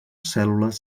cèl·lules